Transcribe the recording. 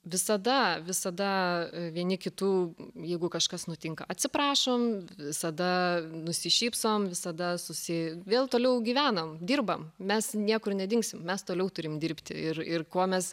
visada visada vieni kitų jeigu kažkas nutinka atsiprašom visada nusišypsom visada susi vėl toliau gyvenam dirbam mes niekur nedingsim mes toliau turim dirbti ir ir kuo mes